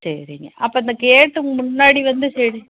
சரிங்க அப்போ அந்த கேட்டு முன்னாடி வந்து செடி